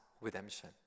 redemption